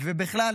ובכלל,